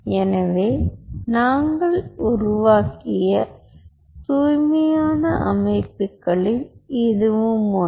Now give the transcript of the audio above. எனவே நாங்கள் உருவாக்கிய தூய்மையான அமைப்புகளில் இதுவும் ஒன்று